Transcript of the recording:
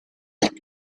luck